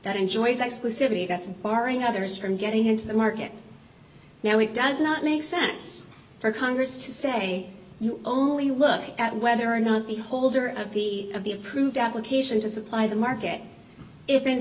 that enjoys exclusivity that's barring others from getting into the market now it does not make sense for congress to say you only look at whether or not the holder of the of the approved application to supply the market if in